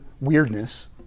weirdness